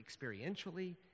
experientially